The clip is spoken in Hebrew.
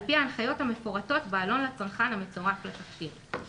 על פי ההנחיות המפורטות בעלון לצרכן המצורף לתכשיר.